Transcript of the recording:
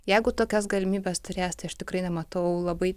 jeigu tokias galimybes turės tai aš tikrai nematau labai